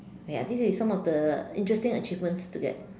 okay I think this is some of the interesting achievements to get